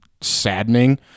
saddening